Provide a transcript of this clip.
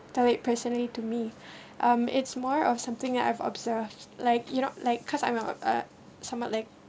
tell it personally to me um it's more of something I've observed like you know like cause I'm no uh someone like